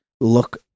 look